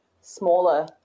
smaller